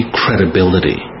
credibility